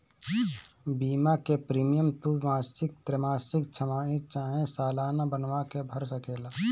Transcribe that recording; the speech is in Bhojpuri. बीमा के प्रीमियम तू मासिक, त्रैमासिक, छमाही चाहे सलाना बनवा के भर सकेला